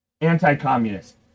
anti-communist